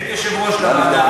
אין יושב-ראש של הוועדה.